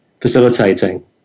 facilitating